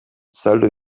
saldu